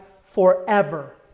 forever